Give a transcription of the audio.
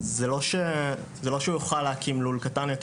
זה לא שהוא יוכל להקים לול קטן יותר